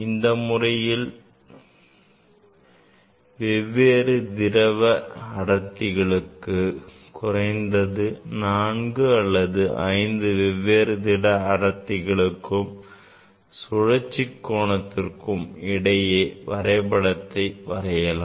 இந்த முறையில் நாம் வெவ்வேறு திரவ அடர்த்திகளுக்கு குறைந்தது 4அல்லது 5 வெவ்வேறு திரவ அடர்த்திகளுக்கும் சுழற்சி கோணத்திற்கும் இடையே வரைபடத்தை வரையலாம்